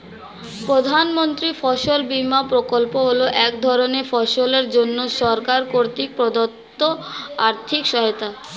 প্রধানমন্ত্রীর ফসল বিমা প্রকল্প হল এক ধরনের ফসলের জন্য সরকার কর্তৃক প্রদত্ত আর্থিক সহায়তা